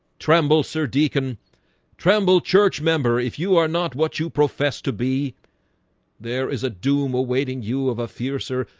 tremble, sir deacon tremble church member if you are not what you profess to be there is a doom awaiting you of a fear, sir,